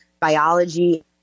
biology